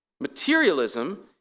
Materialism